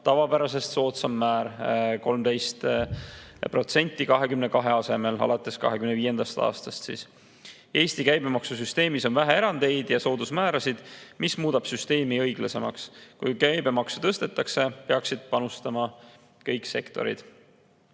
tavapärasest soodsam määr: 22% asemel 13%. Eesti käibemaksusüsteemis on vähe erandeid ja soodusmäärasid, mis muudab süsteemi õiglasemaks. Kui käibemaksu tõstetakse, peaksid panustama kõik sektorid.